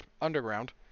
Underground